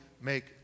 make